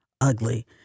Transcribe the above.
ugly